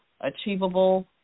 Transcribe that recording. achievable